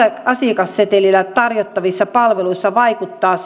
asiakassetelillä tarjottavissa palveluissa vaikuttaa